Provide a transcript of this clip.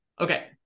Okay